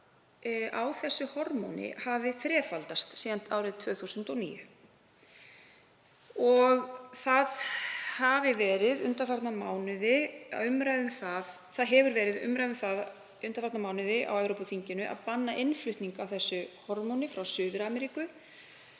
á þessu hormóni hafi þrefaldast síðan árið 2009. Það hefur verið umræða um það undanfarna mánuði á Evrópuþinginu að banna innflutning á hormóninu frá Suður-Ameríku